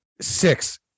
six